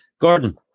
Gordon